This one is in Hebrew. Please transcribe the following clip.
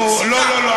לא, לא, לא.